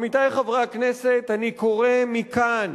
עמיתי חברי הכנסת, אני קורא מכאן